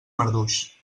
marduix